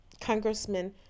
congressman